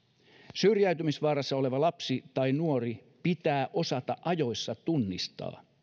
syrjäytymisvaarassa oleva lapsi tai nuori pitää osata ajoissa tunnistaa